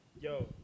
Yo